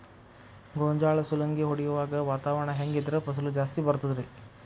ಗೋಂಜಾಳ ಸುಲಂಗಿ ಹೊಡೆಯುವಾಗ ವಾತಾವರಣ ಹೆಂಗ್ ಇದ್ದರ ಫಸಲು ಜಾಸ್ತಿ ಬರತದ ರಿ?